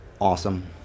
awesome